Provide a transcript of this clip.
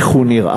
איך הוא נראה,